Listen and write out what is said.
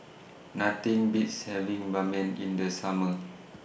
Nothing Beats having Ban Mian in The Summer